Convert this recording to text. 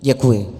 Děkuji.